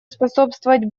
способствовать